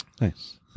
Nice